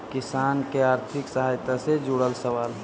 किसान के आर्थिक सहायता से जुड़ल सवाल?